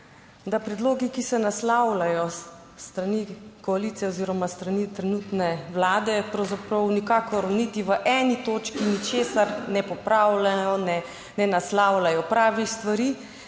da predlogi, ki se naslavljajo s strani koalicije oziroma s strani trenutne Vlade, pravzaprav nikakor, niti v 1. točki ničesar ne popravljajo, ne naslavljajo pravih stvari,